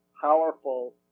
powerful